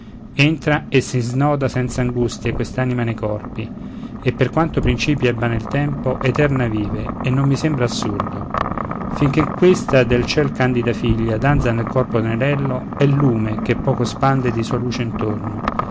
entra e si snoda senz'angustie quest'anima nei corpi e per quanto principio abbia nel tempo eterna vive e non mi sembra assurdo fin che questa del ciel candida figlia danza nel corpo tenerello è lume che poco spande di sua luce intorno